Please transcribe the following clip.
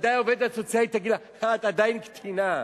וודאי העובדת הסוציאלית תגיד לה: את עדיין קטינה.